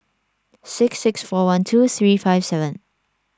six six four one two three five seven